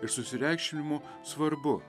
ir susireikšminimo svarbu